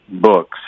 books